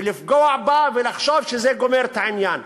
ולפגוע בה, ולחשוב שזה גומר את העניין.